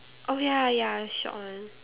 oh ya ya short one